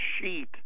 sheet